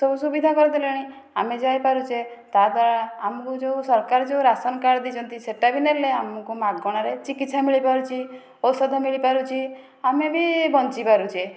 ସବୁ ସୁବିଧା କରିଦେଲାଣି ଆମେ ଯାଇପାରୁଛେ ତା'ଦ୍ୱାରା ଆମକୁ ଯେଉଁ ସରକାର ଯେଉଁ ରାସନ କାର୍ଡ଼ ଦେଇଛନ୍ତି ସେଇଟା ବି ନେଲେ ଆମକୁ ମାଗେଣାରେ ଚିକିତ୍ସା ମିଳିପାରୁଛି ଔଷଧ ମିଳିପାରୁଛି ଆମେ ବି ବଞ୍ଚିପାରୁଚେ